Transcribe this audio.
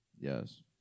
yes